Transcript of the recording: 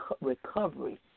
recovery